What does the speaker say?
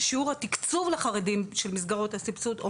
שיעור התקצוב לחרדים של מסגרות הסבסוד,